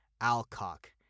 Alcock